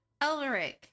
Elric